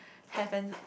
have an